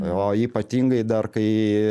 o ypatingai dar kai